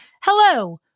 Hello